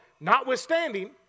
notwithstanding